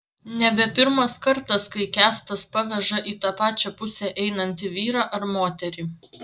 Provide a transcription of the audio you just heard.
nebe pirmas kartas kai kęstas paveža į tą pačią pusę einantį vyrą ar moterį